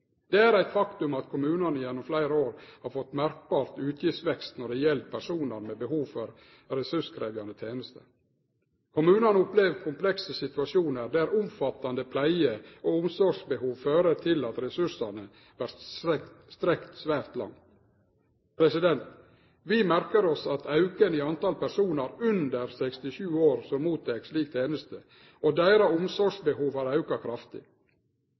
Det er eit faktum at kommunane gjennom fleire år har fått ein merkbar utgiftsvekst når det gjeld personar med behov for ressurskrevjande tenester. Kommunane opplever komplekse situasjonar der omfattande pleie- og omsorgsbehov fører til at ressursane vert strekte svært langt. Vi merkar oss at auken i talet på personar under 67 år som mottek slik teneste, og deira omsorgsbehov, har auka kraftig.